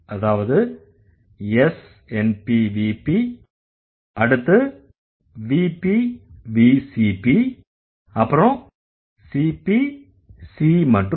அதாவது S NP VP அடுத்து VP V CP அப்புறம் CP C மற்றும் S